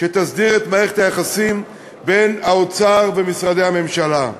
שתסדיר את מערכת היחסים בין האוצר ומשרדי הממשלה.